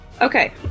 Okay